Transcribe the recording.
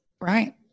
Right